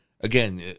again